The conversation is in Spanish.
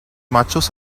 machos